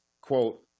quote